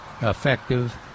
effective